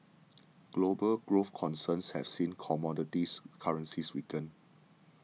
global growth concerns have seen commodity currencies weaken